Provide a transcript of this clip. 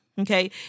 Okay